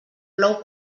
plou